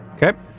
Okay